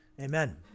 Amen